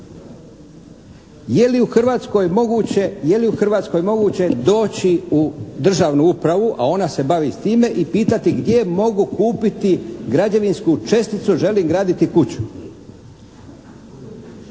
Je li u Hrvatskoj moguće doći u državnu upravu, a ona se bavi s time i pitati gdje mogu kupiti građevinsku česticu, želim graditi kuću.